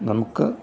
നമുക്ക്